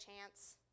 chance